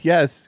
Yes